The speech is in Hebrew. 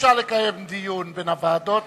אי-אפשר לקיים דיון בין הוועדות